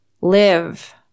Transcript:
live